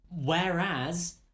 Whereas